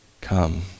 come